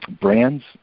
brands